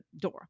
door